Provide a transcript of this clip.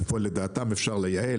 איפה לדעתם אפשר לייעל,